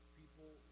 people